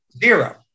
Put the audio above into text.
zero